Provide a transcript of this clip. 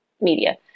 Media